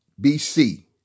BC